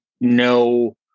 no